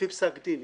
לפי פסק דין.